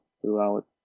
throughout